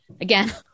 again